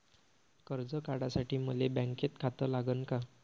कर्ज काढासाठी मले बँकेत खातं लागन का?